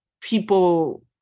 people